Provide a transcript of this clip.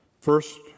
First